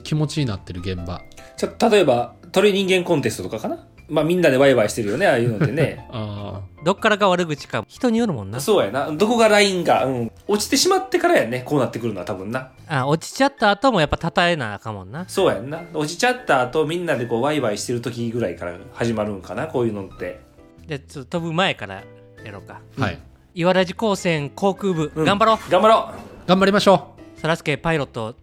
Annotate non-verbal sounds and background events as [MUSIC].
気持ちになってる現場。ちょ、例えば、鳥人間コンテストとかかな？まあ、みんなでワイワイしてるよね、ああいうのってね。 [LAUGHS] ああ。 どっからが悪口か、人によるもんな。そうやな。どこがラインが、うん。落ちてしまってからやね、こうなってくるのは多分な。あ、落ちちゃった後もやっぱ讃えなあかんもんな。そうやんな。落ちちゃった後、みんなでこうワイワイしてる時ぐらいから始まるんかな、こういうのって。で、ちょっと飛ぶ前からやろうか。はい。うん。イワラジ高専航空部、うん。頑張ろう。頑張ろう。頑張りましょう。サラスケパイロット。